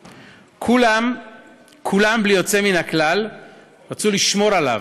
כולם בלי יוצא מן הכלל רצו לשמור עליו,